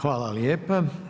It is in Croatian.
Hvala lijepa.